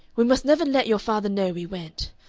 we must never let your father know we went.